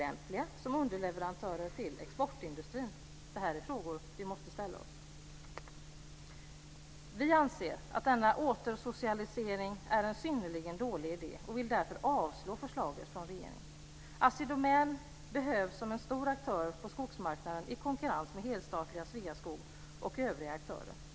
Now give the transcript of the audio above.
Detta är frågor som vi måste ställa oss. Assi Domän behövs som en stor aktör på skogsmarknaden i konkurrens med helstatliga Sveaskog och övriga aktörer. Herr talman!